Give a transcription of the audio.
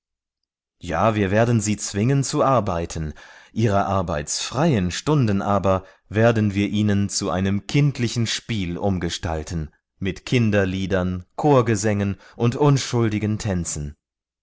auch wir werden sie zur arbeit anhalten aber in den arbeitsfreien stunden werden wir ihnen das leben wie ein kinderspiel gestalten mit kinderliedern kinderchören und unschuldigen tänzen